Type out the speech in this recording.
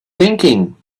thinking